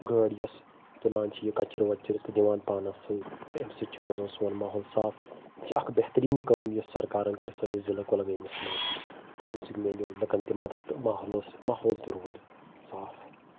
گأڑۍ یۄس تُلان چھ یہِ کچرٕ وچرٕ تہٕ نِوان پانس سۭتۍ تہٕ أمہِ سۭتۍ چھ روزان سون ماحول صاف یہِ چھ اکھ بہتریٖن کأم یۄس سرکارن کٔر سأنِس ضلہٕ کۄلگأمِس منٛز تہٕ أمہِ سۭتۍ مِلیو لُکن تہِ مدتھ تہٕ ماحولس ماحول تہِ روٗد صاف